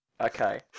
Okay